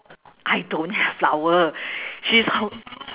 I don't have flower she's hold